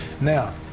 Now